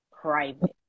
private